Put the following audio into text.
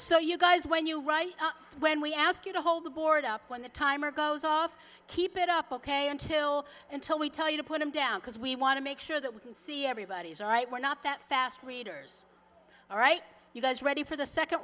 so you guys when you write when we ask you to hold the board up when the timer goes off keep it up ok until until we tell you to put him down because we want to make sure that we can see everybody is all right we're not that fast readers all right you guys ready for the second